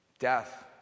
Death